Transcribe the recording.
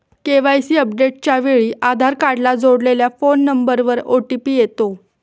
KYC अपडेटच्या वेळी आधार कार्डला जोडलेल्या फोन नंबरवर ओ.टी.पी येतो